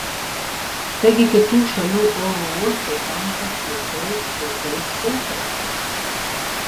taigi kitų šalių oro uostai tampa šiokiais tokiais filtrais